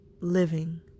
living